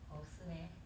oh 是 meh